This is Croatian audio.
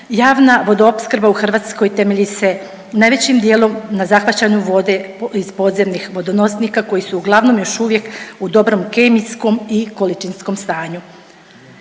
Javna vodoopskrba u Hrvatskoj temelji se najvećim dijelom na zahvaćanju vode iz podzemnih vodonosnika koji su uglavnom još uvijek u dobrom kemijskom i količinskom stanju.